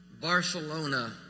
Barcelona